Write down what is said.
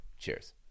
Cheers